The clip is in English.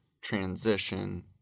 transition